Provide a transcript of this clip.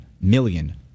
million